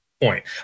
point